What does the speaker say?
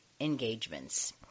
engagements